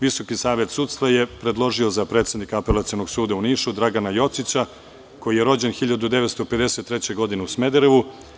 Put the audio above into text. Visoki savet sudstva je predložio za predsednika Apelacionog suda u Nišu Dragana Jocića koji je rođen 1953. godine u Smederevu.